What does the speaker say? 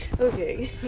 okay